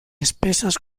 espesas